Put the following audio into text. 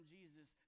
Jesus